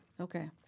Okay